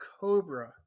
Cobra